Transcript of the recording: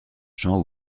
jean